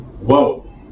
Whoa